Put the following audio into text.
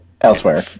elsewhere